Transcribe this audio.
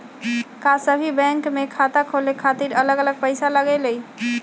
का सभी बैंक में खाता खोले खातीर अलग अलग पैसा लगेलि?